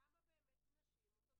אנחנו מכירים, עשינו כבר כמה פגישות.